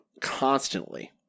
constantly